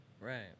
right